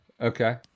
Okay